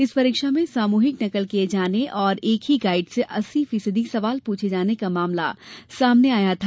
इस परीक्षा में सामूहिक नकल किये जाने और एक ही गाइड से अस्सी फीसदी सवाल पूछे जाने का मामला सामने आया था